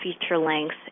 feature-length